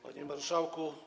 Panie Marszałku!